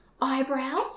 eyebrows